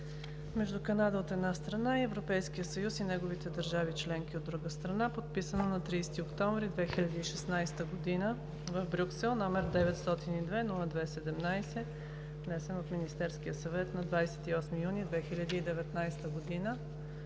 между Канада, от една страна, и Европейския съюз и неговите държави членки, от друга страна, подписано на 30 октомври 2016 г. в Брюксел, № 902-02-17, внесен от Министерския съвет на 28 юни 2019 г.“